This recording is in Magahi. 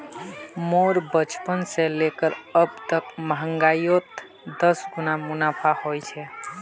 मोर बचपन से लेकर अब तक महंगाईयोत दस गुना मुनाफा होए छे